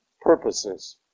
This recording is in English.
purposes